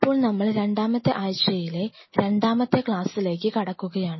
അപ്പോൾ നമ്മൾ രണ്ടാമത്തെ ആഴ്ചയിലെ രണ്ടാമത്തെ ക്ലാസ്സിലേക്ക് കടക്കുകയാണ്